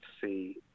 see